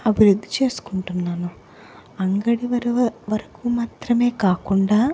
అభివృద్ధి చేసుకుంటున్నాను అంగడి వరి వరకు మాత్రమే కాకుండా